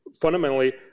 Fundamentally